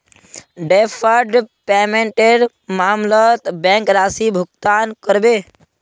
deferred पेमेंटेर मामलत bank राशि भुगतान करबे